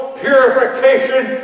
purification